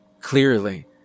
Clearly